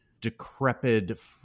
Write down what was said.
decrepit